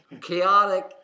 chaotic